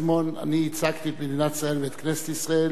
אני ייצגתי את מדינת ישראל ואת כנסת ישראל בווילנה,